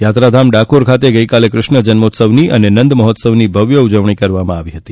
યાત્રાધામ ડાકોર ખાતે ગઈકાલે કૃષ્ણ જન્મોત્સવની અને નંદ મહોત્સવની ભવ્ય ઉજવણી કરવામાં આવી હતી